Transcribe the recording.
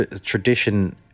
tradition